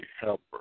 helper